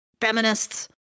feminists